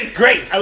great